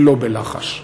ולא בלחש.